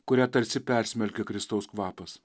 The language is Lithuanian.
kurią tarsi persmelkė kristaus kvapas